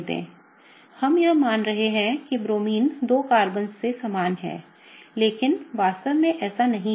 हम यह मान रहे हैं कि ब्रोमीन दो कार्बन से समान है लेकिन वास्तव में ऐसा नहीं है